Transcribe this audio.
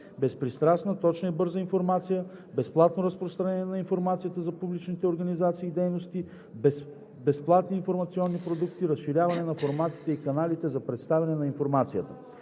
безпристрастна, точна и бърза информация; безплатно разпространение на информацията за публичните организации и дейности; безплатни информационни продукти; разширяване на формите и каналите за представяне на информацията;